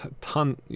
ton